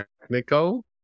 technical